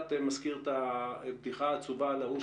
אנחנו מנקים ומייצרים בדרך הזאת קרקעות לעשרות אלפי יחידות דיור.